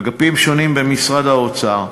אגפים שונים במשרד האוצר,